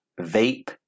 vape